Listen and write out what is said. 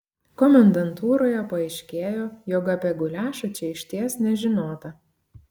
komendantūroje paaiškėjo jog apie guliašą čia išties nežinota